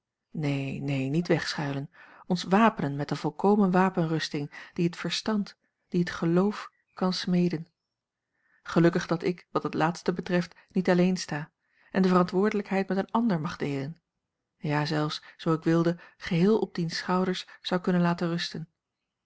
neen neen niet wegschuilen ons wapenen met de volkomen wapenrusting die het verstand die het geloof kan smeden gelukkig dat ik wat het laatste betreft niet alleen sta en de verantwoordelijkheid met een ander mag deelen ja zelfs zoo ik wilde geheel op diens schouders zou kunnen laten rusten